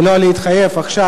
ולא נתחייב עכשיו,